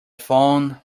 phone